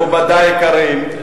מכובדי היקרים,